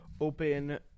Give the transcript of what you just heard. open